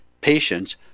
patients